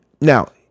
now